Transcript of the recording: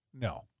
No